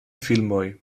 filmoj